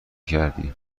کردی